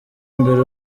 imbere